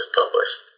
published